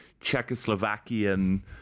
Czechoslovakian